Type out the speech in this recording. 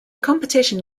competition